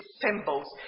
symbols